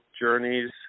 journeys